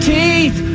teeth